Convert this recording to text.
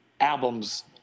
albums